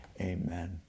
amen